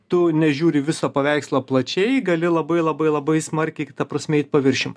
tu nežiūri viso paveikslo plačiai gali labai labai labai smarkiai ta prasme eit paviršium